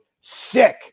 SICK